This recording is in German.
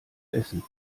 essen